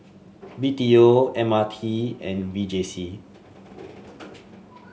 B T O M R T and V J C